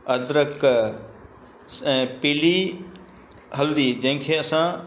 अदरक ऐं पीली हल्दी जंहिंखे असां